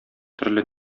төрле